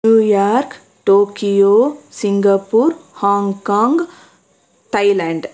New York Tokyo Singapore Hong Kong Thailand